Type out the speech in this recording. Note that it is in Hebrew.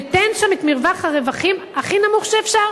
ותן שם את מרווח הרווחים הכי נמוך שאפשר.